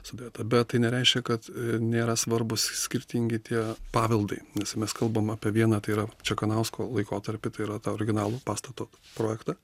sudėta bet tai nereiškia kad nėra svarbūs skirtingi tie paveldai nes mes kalbam apie vieną tai yra čekanausko laikotarpį tai yra tą originalų pastato projektą